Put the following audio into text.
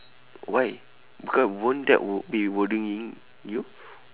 why because won't that w~ be worrying you